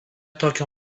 tokio